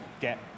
get